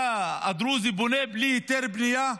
הדרוזי בונה בלי היתר בנייה?